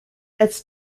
its